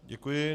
Děkuji.